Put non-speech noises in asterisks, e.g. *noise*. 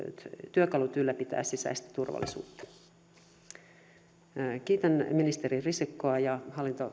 työkalut ylläpitää sisäistä *unintelligible* turvallisuutta kiitän ministeri risikkoa ja